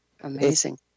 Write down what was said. amazing